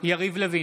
יריב לוין,